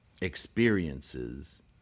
experiences